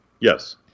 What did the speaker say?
Yes